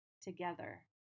together